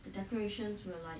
the decorations will like